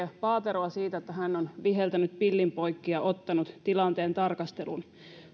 paateroa siitä että hän on viheltänyt pelin poikki ja ottanut tilanteen tarkasteluun